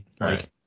Right